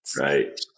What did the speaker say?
Right